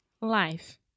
Life